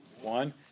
One